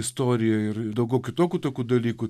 istorija ir daugiau kitokų tokių dalykų